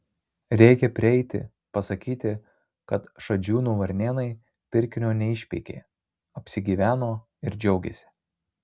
reikia prieiti pasakyti kad šadžiūnų varnėnai pirkinio neišpeikė apsigyveno ir džiaugiasi